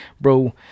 Bro